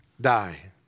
die